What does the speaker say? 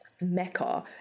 Mecca